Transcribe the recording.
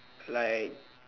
like